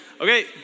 Okay